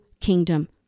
kingdom